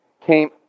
came